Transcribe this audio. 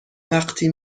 وقتی